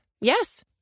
Yes